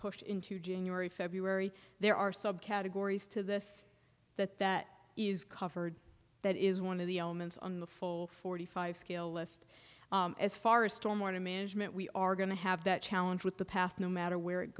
pushed into january february there are subcategories to this that that is covered that is one of the elements on the full forty five scale list as far as still more to management we are going to have that challenge with the path no matter where it